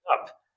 up